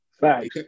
Right